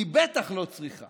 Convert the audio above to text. והיא בטח לא צריכה